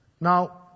Now